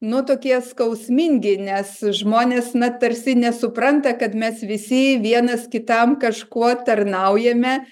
nu tokie skausmingi nes žmonės na tarsi nesupranta kad mes visi vienas kitam kažkuo tarnaujame